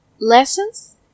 lessons